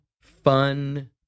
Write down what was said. fun